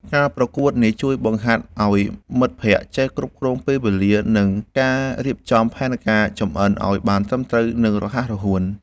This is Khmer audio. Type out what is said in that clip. ការប្រកួតនេះជួយបង្ហាត់ឱ្យមិត្តភក្តិចេះគ្រប់គ្រងពេលវេលា និងការរៀបចំផែនការចម្អិនឱ្យបានត្រឹមត្រូវ និងរហ័សរហួន។